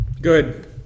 Good